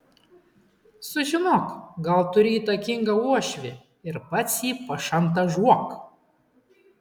sužinok gal turi įtakingą uošvį ir pats jį pašantažuok